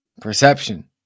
perception